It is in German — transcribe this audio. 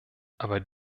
aber